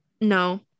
no